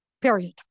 period